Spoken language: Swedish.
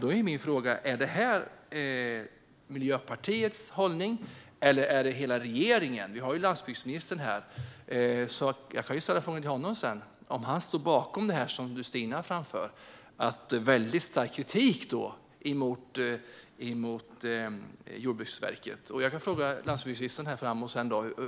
Då är min fråga: Är detta Miljöpartiets eller hela regeringens hållning? Landsbygdsministern är ju här, så jag kan ställa frågan till honom om han står bakom den starka kritik som Stina Bergström framför mot Jordbruksverket. Jag vill fråga landsbygdsministern